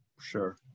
Sure